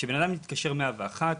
כשבן אדם מתקשר 101,